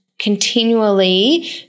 continually